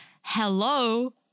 hello